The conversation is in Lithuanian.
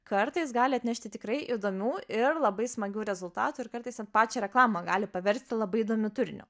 kartais gali atnešti tikrai įdomių ir labai smagių rezultatų ir kartais net pačią reklamą gali paversti labai įdomiu turiniu